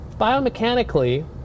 biomechanically